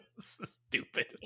Stupid